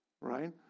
right